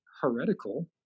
heretical